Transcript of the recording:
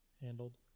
handled